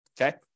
Okay